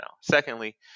Secondly